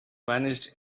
vanished